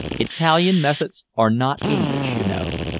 italian methods are not english, you know.